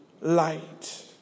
light